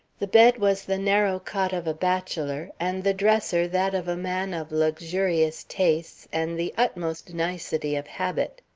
the bed was the narrow cot of a bachelor, and the dresser that of a man of luxurious tastes and the utmost nicety of habit.